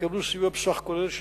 יקבלו סיוע בסך כולל של